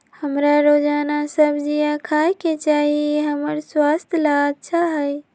हमरा रोजाना सब्जिया खाय के चाहिए ई हमर स्वास्थ्य ला अच्छा हई